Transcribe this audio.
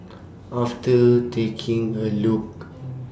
after taking A Look